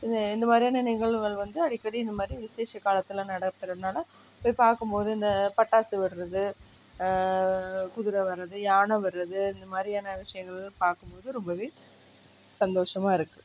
இந்த இந்த மாதிரியான நிகழ்வுகள் வந்து அடிக்கடி இந்த மாதிரி விசேஷக் காலத்தில் நடக்கிறனால போய் பார்க்கும்போது இந்த பட்டாசு விடுறது குதிரை வர்றது யானை வர்றது இந்த மாதிரியான விஷயங்கள் பார்க்கும்போது ரொம்பவே சந்தோஷமாக இருக்குது